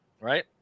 right